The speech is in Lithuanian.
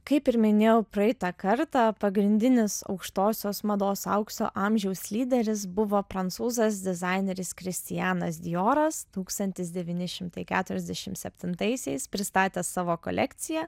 kaip ir minėjau praeitą kartą pagrindinis aukštosios mados aukso amžiaus lyderis buvo prancūzas dizaineris kristianas dioras tūkstantis devyni šimtai keturiasdešimt septintaisiais pristatęs savo kolekciją